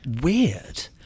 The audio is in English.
weird